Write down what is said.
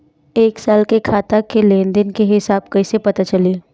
एक साल के खाता के लेन देन के हिसाब कइसे पता चली?